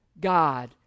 God